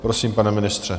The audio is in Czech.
Prosím, pane ministře.